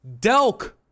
Delk